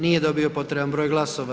Nije dobio potreban broj glasova.